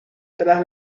tras